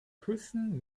küssen